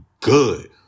good